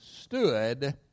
stood